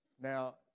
Now